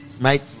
Mate